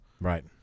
Right